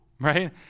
right